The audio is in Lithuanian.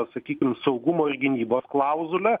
sakykim saugumo ir gynybos klauzulė